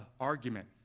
argument